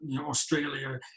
Australia